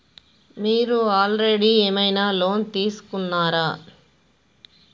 మీరు ఆల్రెడీ ఏమైనా లోన్ తీసుకున్నారా?